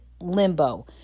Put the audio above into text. limbo